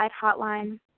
hotline